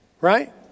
right